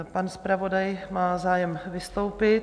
Pan zpravodaj má zájem vystoupit.